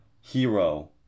Hero